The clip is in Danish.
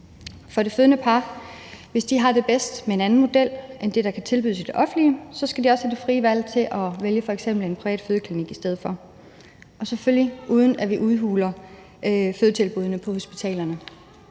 par har det bedst med en anden model end den, der kan tilbydes i det offentlige, så skal de også have det frie valg til at vælge f.eks. en privat fødeklinik i stedet for – og selvfølgelig uden at vi udhuler fødetilbuddene på hospitalerne.